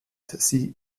sie